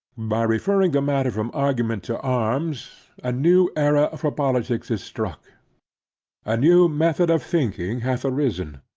by referring the matter from argument to arms, a new era for politics is struck a new method of thinking hath arisen.